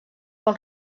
pel